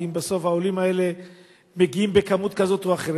כי בסוף העולים האלה מגיעים בכמות כזו או אחרת,